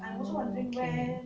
oh okay